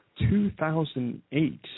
2008